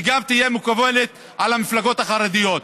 שגם תהיה מקובלת על המפלגות החרדיות.